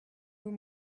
vous